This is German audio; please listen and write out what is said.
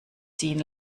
ziehen